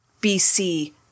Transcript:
BC